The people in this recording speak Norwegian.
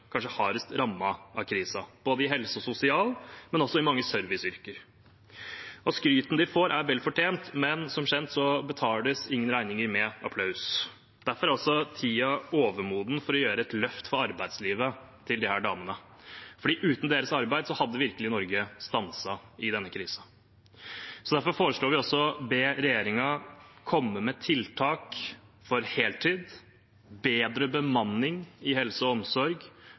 hardest rammet av krisen – innen helse og sosial, men også i mange serviceyrker. Skryten de får, er vel fortjent, men som kjent betales ingen regninger med applaus. Derfor er tiden overmoden for å gjøre et løft for arbeidslivet til disse damene, for uten deres arbeid hadde virkelig Norge stanset i denne krisen. Derfor foreslår vi også å be regjeringen komme med tiltak for heltid, bedre bemanning i helse og omsorg,